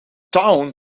town